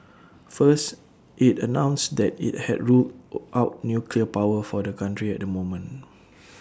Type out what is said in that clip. first IT announced that IT had ruled out nuclear power for the country at the moment